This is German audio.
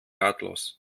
ratlos